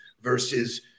versus